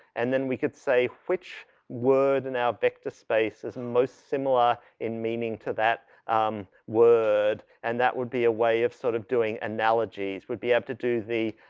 and then we could say which word in our vector space as most similar in meaning to that word. and that would be a way of sort of doing analogies. would be able to do the,